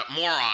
moron